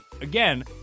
Again